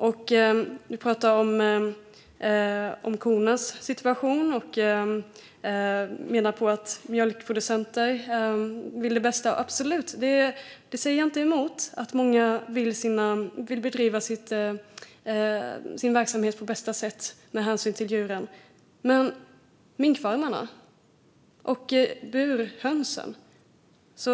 Statsrådet pratar om kornas situation och menar att mjölkproducenter vill det bästa. Absolut, jag säger inte emot att många vill bedriva sin verksamhet på bästa sätt med hänsyn till djuren. Men minkfarmerna, då? Och burhönsen?